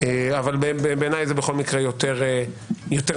אבל בעיניי זה בכל מקרה יותר נקי.